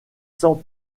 sans